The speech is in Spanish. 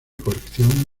colección